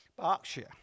Berkshire